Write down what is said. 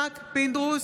פינדרוס,